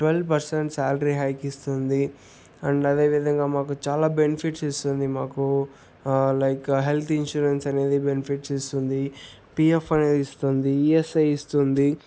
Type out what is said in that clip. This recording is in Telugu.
ట్వల్ పర్సెంట్ శాలరీ హైక్ ఇస్తుంది అండ్ అదే విధంగా మాకు చాలా బెనిఫిట్స్ ఇస్తుంది మాకు లైక్ హెల్త్ ఇన్సూరెన్స్ అనేది బెనిఫిట్స్ ఇస్తుంది పిఎఫ్ అనేది ఇస్తుంది ఇఎస్ఐ ఇస్తుంది